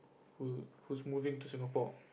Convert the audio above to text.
who who's moving to Singapore